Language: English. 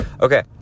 Okay